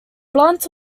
blunt